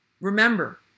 Remember